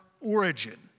origin